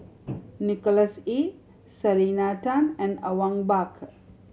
Nicholas Ee Selena Tan and Awang Bakar